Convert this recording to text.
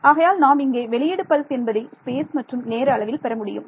ஆகையால் நாம் இங்கே வெளியீடு பல்ஸ் என்பதை ஸ்பேஸ் மற்றும் நேர அளவில் பெறமுடியும்